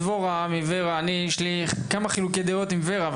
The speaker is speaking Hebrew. דבורה מ-ור"ה, אני יש לי כמה חילוקי דעות עם ור"ה.